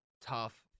tough